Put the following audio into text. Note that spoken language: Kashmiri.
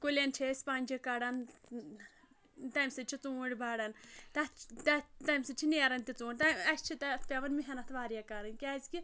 کُلیٚن چھِ أسی پَنٛجہِ کَڑان تَمہِ سۭتۍ چھِ ژوٗنٛٹھۍ بڑھان تَتھ تَتھ تَمہِ سۭتۍ چھِ نیران تہِ ژوٗنٛٹھۍ تَمہِ اسہِ چھِ تَتھ پیٚوان محنت واریاہ کَرٕنۍ کیٛازِکہِ